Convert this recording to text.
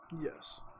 Yes